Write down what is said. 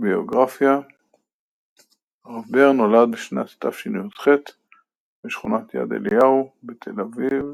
ביוגרפיה הרב בר נולד בשנת תשי"ח בשכונת יד אליהו בתל אביב.